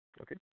Okay